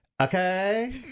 Okay